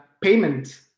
payment